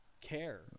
care